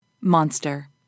Monster